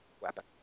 weapon